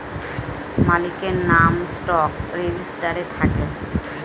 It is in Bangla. মালিকের নাম স্টক রেজিস্টারে থাকে